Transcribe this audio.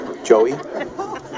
Joey